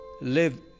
live